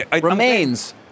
remains